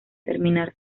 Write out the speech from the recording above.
terminar